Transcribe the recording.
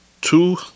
Two